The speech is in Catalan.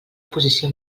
posició